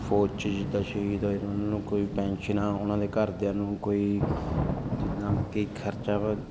ਫੌਜ 'ਚ ਜਿੱਦਾਂ ਸ਼ਹੀਦ ਹੋਏ ਉਹਨਾਂ ਨੂੰ ਕੋਈ ਪੈਂਸ਼ਨਾ ਉਹਨਾਂ ਦੇ ਘਰ ਦਿਆਂ ਨੂੰ ਕੋਈ ਜਿੱਦਾਂ ਕੋਈ ਖਰਚਾ ਵਾ